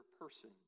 person